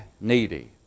needy